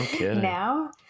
Now